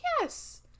Yes